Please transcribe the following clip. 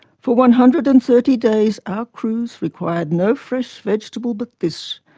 for one hundred and thirty days our crews required no fresh vegetable but this,